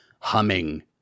humming